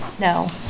No